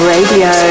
Radio